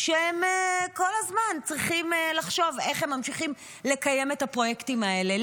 הם כל הזמן צריכים לחשוב איך הם ממשיכים לקיים את הפרויקטים האלה.